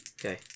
Okay